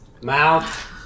mouth